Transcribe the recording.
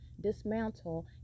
dismantle